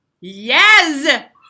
Yes